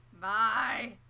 Bye